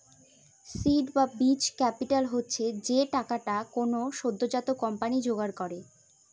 seed বা বীজ capital হচ্ছে যে টাকাটা কোনো সদ্যোজাত কোম্পানি জোগাড় করে